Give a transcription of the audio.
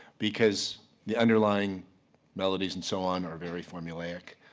because the underlying melodies and so on are very formulaic,